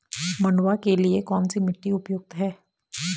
मंडुवा के लिए कौन सी मिट्टी उपयुक्त है?